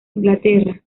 inglaterra